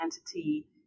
entity